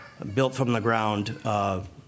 built-from-the-ground